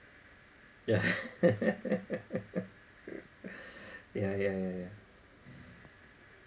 yeah yeah yeah yeah yeah